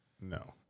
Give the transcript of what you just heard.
No